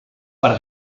per